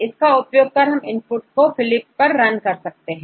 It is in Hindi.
इसका उपयोग कर हम इनपुट को फिलिप पर रन कर सकते हैं